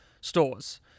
stores